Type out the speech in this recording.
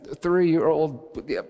three-year-old